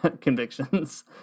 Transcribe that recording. convictions